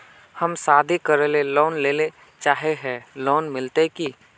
हम शादी करले लोन लेले चाहे है लोन मिलते की?